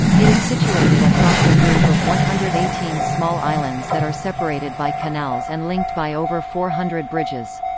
it is situated across a group of one hundred and eighteen small islands that are separated by canals and linked by over four hundred bridges.